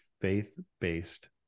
faith-based